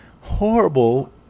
horrible